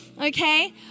okay